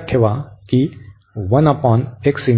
लक्षात ठेवा की Let and As converges